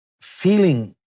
feeling